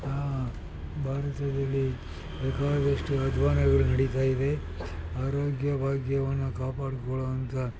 ಭಾರತದಲ್ಲಿ ಬೇಕಾದಷ್ಟು ಅಧ್ವಾನಗಳು ನಡಿತಾ ಇದೆ ಆರೋಗ್ಯ ಭಾಗ್ಯವನ್ನು ಕಾಪಾಡ್ಕೊಳ್ಳುವಂಥ